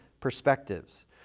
perspectives